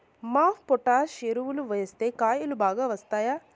MOP potash ఎరువులు వేస్తే కాయలు బాగా వస్తాయా?